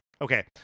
Okay